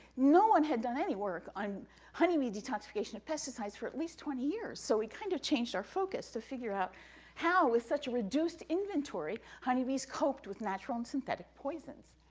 no one had done any work on honeybee detoxification of pesticides for at least twenty years, so we kind of changed our focus to figure out how, with such a reduced inventory, honeybees coped with natural and synthetic poisons.